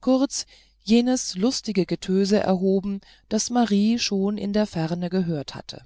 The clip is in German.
kurz jenes lustige getöse erhoben das marie schon in der ferne gehört hatte